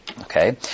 Okay